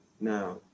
now